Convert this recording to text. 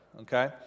okay